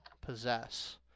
possess